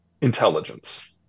intelligence